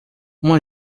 uma